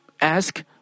ask